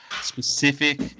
specific